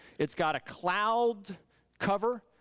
it's got cloud cover,